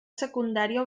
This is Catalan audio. secundària